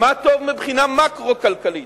מה טוב מבחינה מקרו-כלכלית,